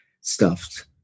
stuffed